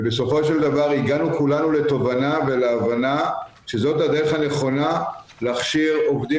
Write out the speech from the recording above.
ובסופו של דבר הגענו כולנו לתובנה ולהבנה שזאת הדרך הנכונה להכשיר עובדים